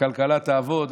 הכלכלה תעבוד,